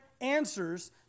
answers